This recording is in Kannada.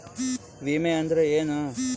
ವಿಮೆ ಅಂದ್ರೆ ಏನ?